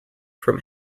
from